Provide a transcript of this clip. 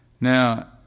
Now